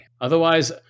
Otherwise